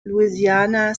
louisiana